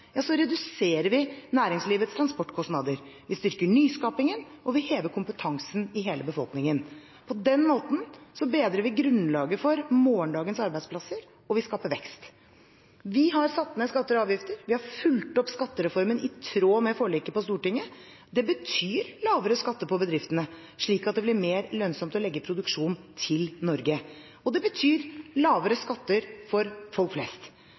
reduserer vi næringslivets transportkostnader, vi styrker nyskapingen, og vi hever kompetansen i hele befolkningen. På den måten bedrer vi grunnlaget for morgendagens arbeidsplasser, og vi skaper vekst. Vi har satt ned skatter og avgifter og fulgt opp skattereformen i tråd med forliket i Stortinget. Det betyr lavere skatter på bedrifter, slik at det blir mer lønnsomt å legge produksjon til Norge, og det betyr lavere skatter for folk flest.